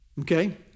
Okay